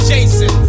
Jason